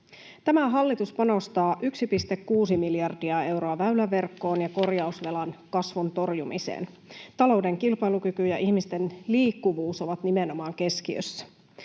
Tämä hallitus panostaa 1,6 miljardia euroa väyläverkkoon ja korjausvelan kasvun torjumiseen. Talouden kilpailukyky ja ihmisten liikkuvuus ovat nimenomaan keskiössä.